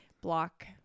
block